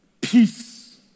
peace